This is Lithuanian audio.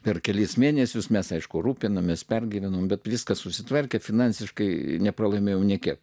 per kelis mėnesius mes aišku rūpinamės pergyvenome bet viskas susitvarkė finansiškai nepralaimėjau nė kiek